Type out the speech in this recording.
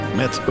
met